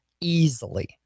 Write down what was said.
easily